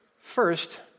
First